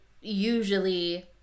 usually